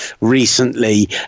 recently